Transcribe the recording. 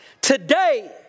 Today